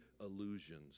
illusions